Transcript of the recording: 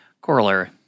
corollary